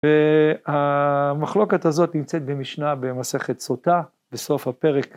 והמחלוקת הזאת נמצאת במשנה במסכת סוטה, בסוף הפרק.